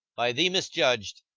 by thee misjudged,